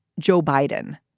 joe biden.